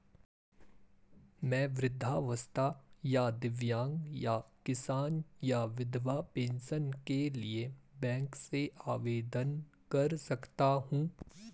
मैं वृद्धावस्था या दिव्यांग या किसान या विधवा पेंशन के लिए बैंक से आवेदन कर सकता हूँ?